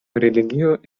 religio